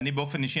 אישית,